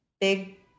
big